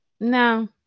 no